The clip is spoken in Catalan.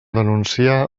denunciar